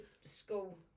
school